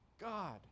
God